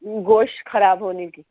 گوش کھراب ہونے کی